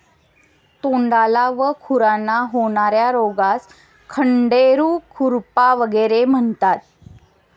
तोंडाला व खुरांना होणार्या रोगास खंडेरू, खुरपा वगैरे म्हणतात